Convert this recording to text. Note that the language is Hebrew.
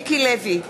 מיקי לוי,